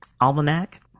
Almanac